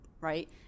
right